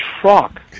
truck